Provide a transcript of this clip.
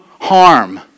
harm